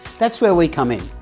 that's where we come in.